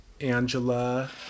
Angela